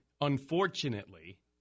Unfortunately